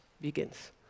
begins